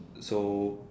so